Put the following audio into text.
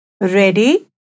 ready